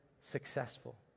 successful